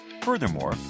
Furthermore